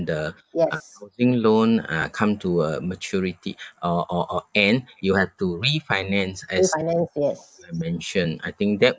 the housing loan uh come to a maturity or or or and you have to refinance as I mentioned I think that